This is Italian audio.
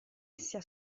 sia